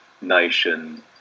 nation